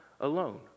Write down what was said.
alone